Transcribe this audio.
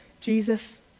Jesus